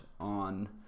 on